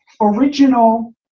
original